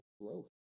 growth